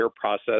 process